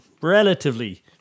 relatively